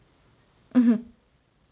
mmhmm